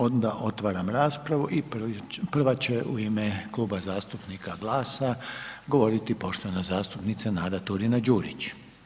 Onda otvaram raspravu i prva će u ime Kluba zastupnika GLAS-a govoriti poštovana zastupnica Nada Turina Đurić.